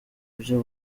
byo